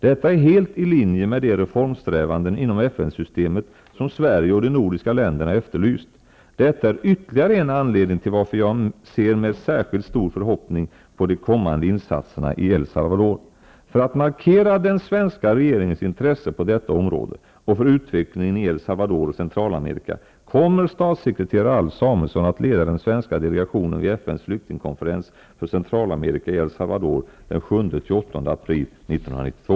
Detta är helt i linje med de reformsträvanden inom FN-systemet som Sverige och de nordiska länderna efterlyst. Detta är ytterligare en anledning till att jag ser med sär skilt stor förhoppning på de kommande insatserna i El Salvador. För att mar kera den svenska regeringens intresse på detta område och för utvecklingen i El Salvador och Centralarmerika kommer statssekreterare Alf Samuelsson att leda den svenska delegationen vid FN:s flyktingkonferens för Central amerika i El Salvador den 7--8 april 1992.